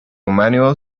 manual